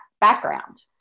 background